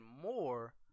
more